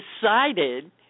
decided